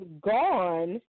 gone